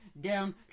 down